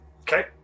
Okay